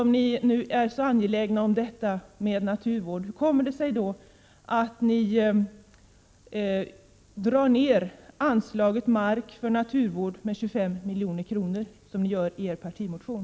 Om ni nu är så angelägna om detta med naturvård, hur kommer det sig att ni drar ner anslaget Mark för naturvård med 25 milj.kr., som ni gör i er partimotion?